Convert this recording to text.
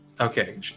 Okay